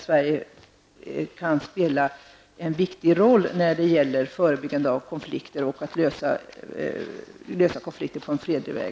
Sverige kan spela en viktig roll när det gäller förebyggande av konflikter och när det gäller att lösa konflikter på en fredlig väg.